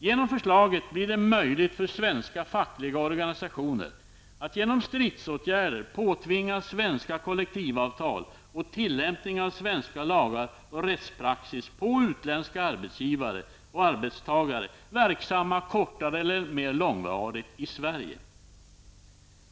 Genom förslaget blir det möjligt för svenska fackliga organisationer att genom stridsåtgärder påtvinga svenska kollektivavtal och tillämpning av svenska lagar och rättspraxis på utländska arbetsgivare och arbetstagare verksamma -- kortare tid eller mer långvarigt -- i Sverige.